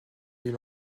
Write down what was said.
yeux